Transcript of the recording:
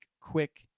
quick